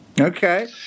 Okay